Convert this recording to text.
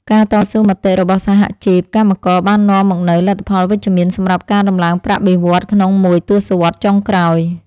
ការតស៊ូមតិរបស់សហជីពកម្មករបាននាំមកនូវលទ្ធផលវិជ្ជមានសម្រាប់ការដំឡើងប្រាក់បៀវត្សរ៍ក្នុងមួយទសវត្សរ៍ចុងក្រោយ។